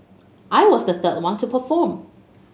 I was the third one to perform